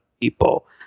people